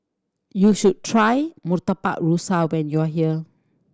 you should try Murtabak Rusa when you are here